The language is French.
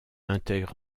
intègre